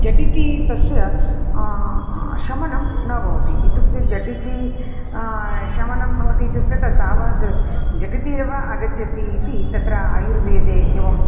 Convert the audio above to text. झटिति तस्य शमनं न भवति इत्युक्ते झटिति शमनं भवति इत्युक्ते तत् तावद् झटिति एव आगच्छति इति तत्र आयुर्वेदे एवम्